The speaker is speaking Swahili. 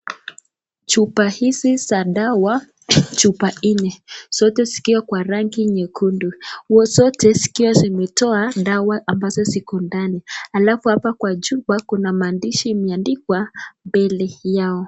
Chupa hizi za dawa chupa nne, zote zikiwa kwa rangi nyekundu, zote zikiwa zimetoa dawa ambazo ziko ndani, alafu hapa kwa chupa kuna maandishi imeandikwa mbele yao.